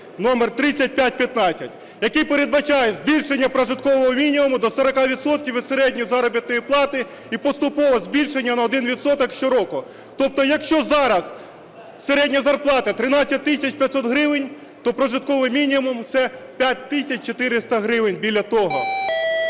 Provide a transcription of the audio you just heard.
номер 3515, який передбачає збільшення прожиткового мінімуму до 40 відсотків від середньої заробітної плати і поступове збільшення на один відсоток щороку. Тобто якщо зараз середня зарплата 13 тисяч 500 гривень, то прожитковий мінімум – це 5 тисяч 400 гривень, біля того.